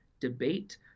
debate